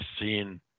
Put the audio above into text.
seen